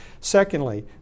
Secondly